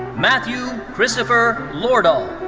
matthew christopher lordahl.